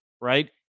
right